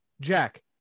Jack